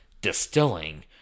distilling